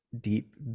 deep